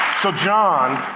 so john,